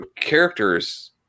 characters